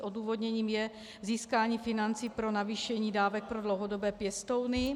Odůvodněním je získání financí pro navýšení dávek pro dlouhodobé pěstouny.